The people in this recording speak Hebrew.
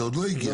זה עוד לא הגיע.